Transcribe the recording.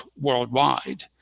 worldwide